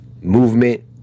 movement